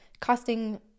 costing